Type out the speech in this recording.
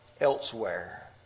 elsewhere